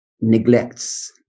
neglects